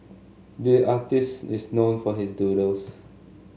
the artist is known for his doodles